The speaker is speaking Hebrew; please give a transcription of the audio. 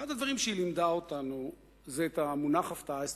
אחד הדברים שהיא לימדה אותנו זה המונח "הפתעה אסטרטגית".